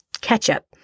ketchup